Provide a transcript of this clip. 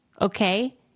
Okay